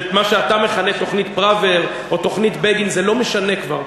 של מה שאתה מכנה "תוכנית פראוור" או "תוכנית בגין" זה לא משנה כבר,